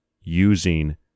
using